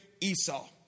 Esau